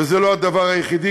וזה לא הדבר היחידי,